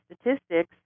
statistics